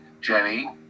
Jenny